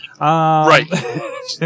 Right